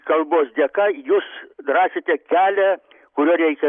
kalbos dėka jūs rasite kelią kuriuo reikia